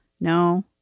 no